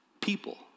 people